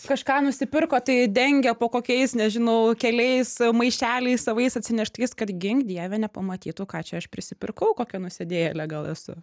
kažką nusipirko tai dengia po kokiais nežinau keliais maišeliais savais atsineštais kad gink dieve nepamatytų ką čia aš prisipirkau kokia nusidėjėlė gal esu